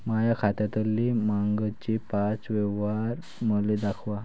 माया खात्यातले मागचे पाच व्यवहार मले दाखवा